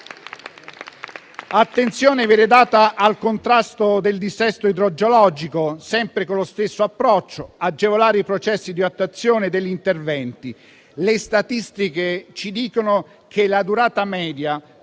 Attenzione viene data al contrasto del dissesto idrogeologico, sempre con lo stesso approccio: agevolare i processi di attuazione degli interventi. Le statistiche ci dicono che la durata media